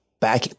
back